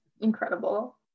incredible